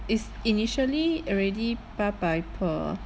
is initially already 八百 per